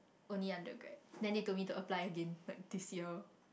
only undergrad then they told me to apply again like this year